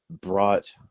brought